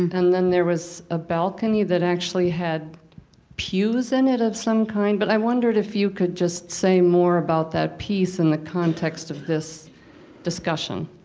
and then there was a balcony that actually had pews in it of some kind. but i wondered if you could just say more about that piece in the context of this discussion.